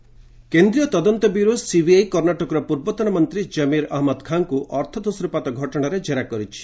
CBI IMA କେନ୍ଦ୍ରୀୟ ତଦନ୍ତ bureau CBI କର୍ଣ୍ଣାଟକର ପୂର୍ବତନ ମନ୍ତ୍ରୀ ଜମିର୍ ଅହଜ୍ଞଦ ଖାଁଙ୍କୁ ଅର୍ଥ ତୋଷରପାତ ଘଟଣାରେ ଜେରା କରିଛି